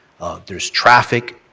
there's traffic,